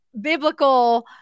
biblical